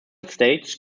states